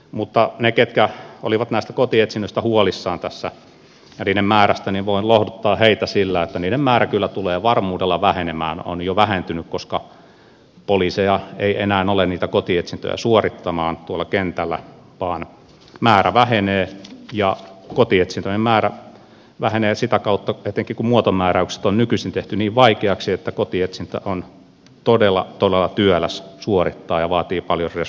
mutta niitä jotka olivat näistä kotietsinnöistä ja niiden määrästä huolissaan tässä voin lohduttaa sillä että niiden määrä kyllä tulee varmuudella vähenemään on jo vähentynyt koska poliiseja ei enää ole niitä kotietsintöjä suorittamaan tuolla kentällä vaan määrä vähenee ja kotietsintöjen määrä vähenee sitä kautta etenkin kun muotomääräykset on nykyisin tehty niin vaikeiksi että kotietsintä on todella todella työläs suorittaa ja vaatii paljon resursseja